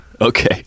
Okay